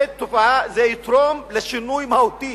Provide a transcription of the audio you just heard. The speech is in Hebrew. זה יתרום לשינוי מהותי.